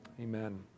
Amen